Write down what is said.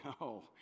no